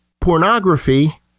pornography